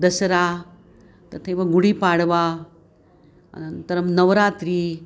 दसरा तथैव गुडिपाडवा अनन्तरं नवरात्रिः